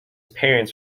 parents